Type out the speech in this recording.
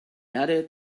erde